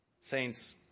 Saints